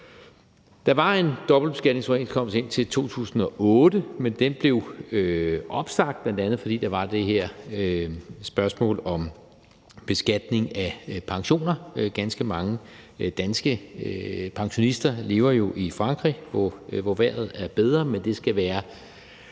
Der var en dobbeltbeskatningsoverenskomst indtil 2008, men den blev opsagt, bl.a. fordi der var det her spørgsmål om beskatning af pensioner. Ganske mange danske pensionister lever jo i Frankrig, hvor vejret er bedre, men det skal være